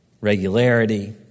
regularity